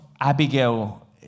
Abigail